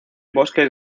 bosques